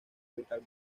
evitar